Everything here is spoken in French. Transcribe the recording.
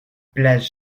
place